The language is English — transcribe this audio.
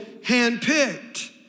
handpicked